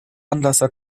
anlasser